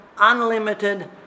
unlimited